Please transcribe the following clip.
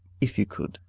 if you could,